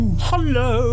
Hello